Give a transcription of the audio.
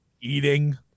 eating